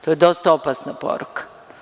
To je dosta opasna poruka.